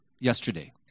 yesterday